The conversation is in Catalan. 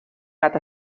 gat